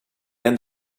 end